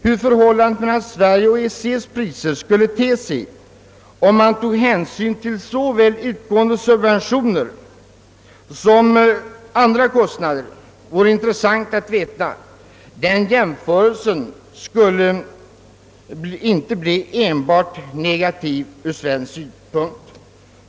Hur förhållandet mellan de svenska priserna och EEC:s priser skulle te sig om man tog hänsyn till såväl utgående subventioner som andra kostnader vore intressant att veta. En jämförelse skulle inte bli enbart negativ ur svensk synpunkt.